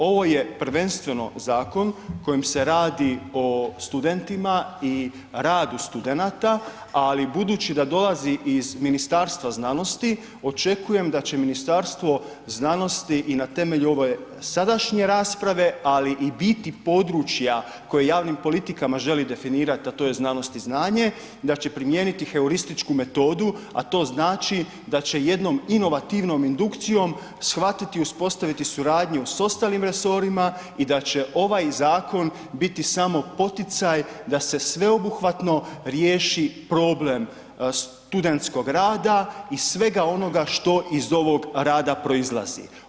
Ovo je prvenstveno zakon kojim se radi o studentima i radu studenata, ali budući da dolazi iz Ministarstva znanosti očekujem da će Ministarstvo znanosti i na temelju ove sadašnje rasprave, ali i bit područja koji javnim politikama želi definirati, a to je znanost i znanje, da će primijeniti heurističku metodu, a to znači da će jednom inovativnom indukcijom shvatiti i uspostaviti suradnju s ostalim resorima i da će ovaj zakon biti samo poticaj da se sveobuhvatno riješi problem studentskog rada i svega onoga što iz ovoga rada proizlazi.